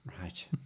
Right